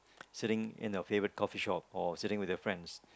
sitting in a favorite coffee shop or sitting with your friends